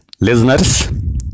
listeners